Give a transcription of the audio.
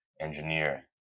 engineer